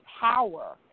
power